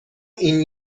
این